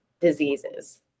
diseases